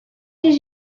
did